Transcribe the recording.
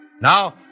Now